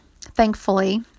thankfully